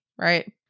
right